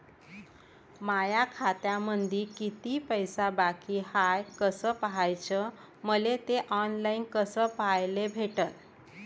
माया खात्यामंधी किती पैसा बाकी हाय कस पाह्याच, मले थे ऑनलाईन कस पाह्याले भेटन?